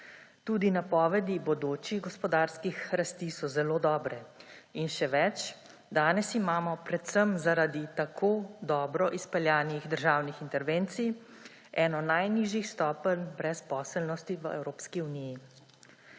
Tudi napovedi bodočih gospodarskih rasti so zelo dobre. In še več; danes imamo predvsem zaradi tako dobro izpeljanih državnih intervencij eno najnižjih stopenj brezposelnosti v Evropski uniji.